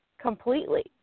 completely